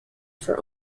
for